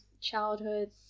childhood